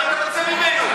מה אתה רוצה ממנו?